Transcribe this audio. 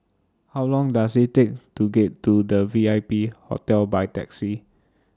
How Long Does IT Take to get to The V I P Hotel By Taxi